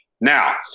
Now